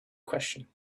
question